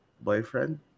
boyfriend